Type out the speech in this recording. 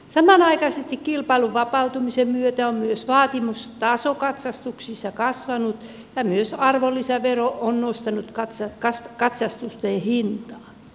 samanaikaisesti kilpailun vapautumisen myötä on myös vaatimustaso katsastuksissa kasvanut ja myös arvonlisävero on nostanut katsastusten hintaa